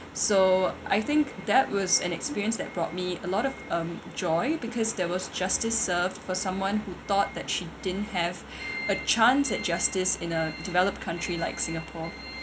so I think that was an experience that brought me a lot of um joy because there was justice served for someone who thought that she didn't have a chance at justice in a developed country like singapore